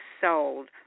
sold